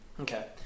Okay